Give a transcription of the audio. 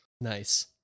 Nice